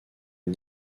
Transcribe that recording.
une